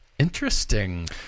Interesting